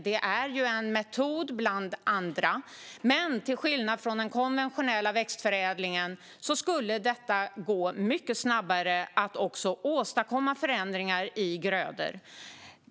Det är en metod bland andra, men jämfört med den konventionella växtförädlingen skulle det med denna metod gå mycket snabbare att åstadkomma förändringar i grödor.